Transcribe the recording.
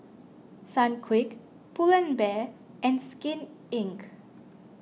Sunquick Pull and Bear and Skin Inc